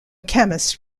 chemist